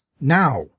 Now